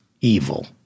evil